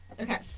Okay